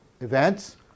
events